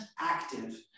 active